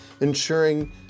ensuring